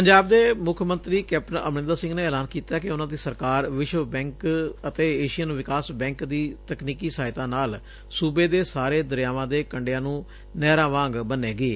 ਪੰਜਾਬ ਦੇ ਮੁੱਖ ਮੰਤਰੀ ਕੈਪਟਨ ਅਮਰਿੰਦਰ ਸਿੰਘ ਨੇ ਐਲਾਨ ਕੀਤੈ ਕਿ ਉਨ੍ਹਾਂ ਦੀ ਸਰਕਾਰ ਵਿਸ਼ਵ ਬੈਂਕ ਅਤੇ ਏਸ਼ੀਅਨ ਵਿਕਾਸ ਬੈਂਕ ਦੀ ਤਕਨੀਕੀ ਸਹਾਇਤਾ ਨਾਲ ਸੁਬੇ ਦੇ ਸਾਰੇ ਦਰਿਆਵਾਂ ਦੇ ਕੰਢਿਆਂ ਨੁੰ ਨਹਿਰਾਂ ਵਾਂਗ ਬੰਨੇਗੀ